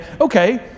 okay